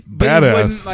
badass